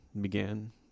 began